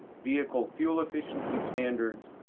vehicle fuel efficiency standards,